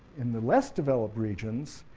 in the less developed regions,